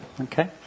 Okay